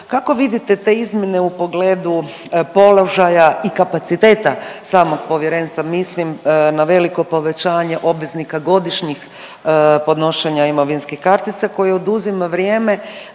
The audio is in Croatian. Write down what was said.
kako vidite te izmjene u pogledu položaja i kapaciteta samog povjerenstva, mislim na veliko povećanje obveznika godišnjih podnošenja imovinskih kartica koji oduzima vrijeme